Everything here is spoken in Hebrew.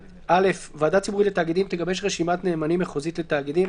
"2.(א)ועדה ציבורית לתאגידים תגבש רשימת נאמנים מחוזית לתאגידים,